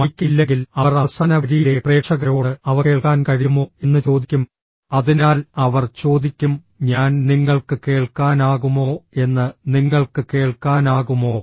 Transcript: mic ഇല്ലെങ്കിൽ അവർ അവസാന വരിയിലെ പ്രേക്ഷകരോട് അവ കേൾക്കാൻ കഴിയുമോ എന്ന് ചോദിക്കും അതിനാൽ അവർ ചോദിക്കും ഞാൻ നിങ്ങൾക്ക് കേൾക്കാനാകുമോ എന്ന് നിങ്ങൾക്ക് കേൾക്കാനാകുമോ